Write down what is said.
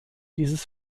dieses